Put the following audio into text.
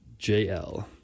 JL